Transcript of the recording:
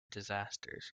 disasters